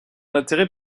intérêt